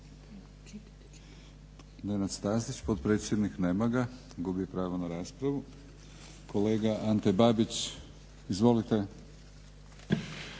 Nenad Stazić, potpredsjednik. Nema ga, gubi pravo na raspravu. Kolega Ante Babić, izvolite.